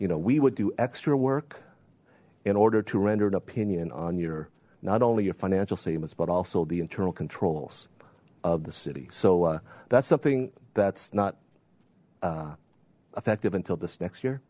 you know we would do extra work in order to render an opinion on your not only your financial statements but also the internal controls of the city so that's something that's not effective until this next year